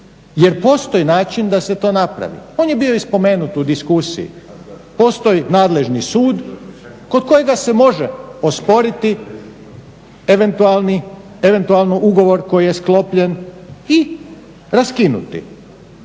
Jer postoji način da se to napravi. On je bio i spomenut u diskusiji. Postoji nadležni sud kod kojega se može osporiti eventualno ugovor koji je sklopljen i raskinuti.